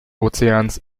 ozeans